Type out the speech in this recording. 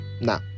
now